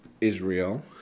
Israel